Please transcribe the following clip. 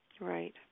Right